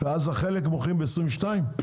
ואז את החלק מוכרים ב-22 ₪?